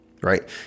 right